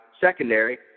secondary